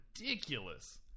ridiculous